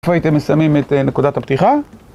כבר הייתם מסיימים את נקודת הפתיחה.